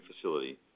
facility